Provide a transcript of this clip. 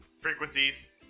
frequencies